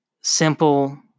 simple